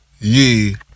ye